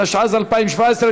התשע"ז 2017,